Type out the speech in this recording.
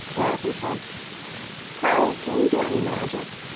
dorothy said polly, can you do any magic?